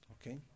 Okay